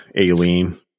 Aileen